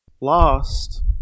lost